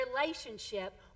relationship